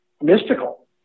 mystical